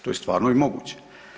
To je stvarno i moguće.